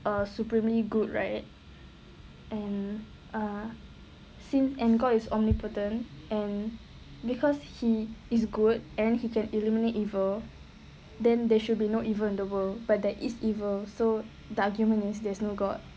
a supremely good right and uh since and god is omnipotent and because he is good and he can eliminate evil then there should be no evil in the world but there is evil so the argument was that there is no god